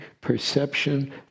perception